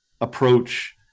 approach